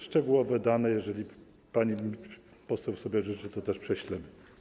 Szczegółowe dane, jeżeli pani poseł sobie życzy, też prześlemy.